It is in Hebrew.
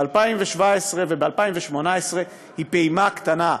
ב-2017 וב-2018, הן פעימות קטנות.